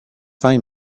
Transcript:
fine